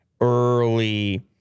early